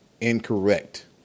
Incorrect